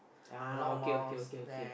ah okay okay okay okay